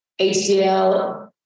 HDL